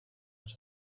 out